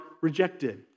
rejected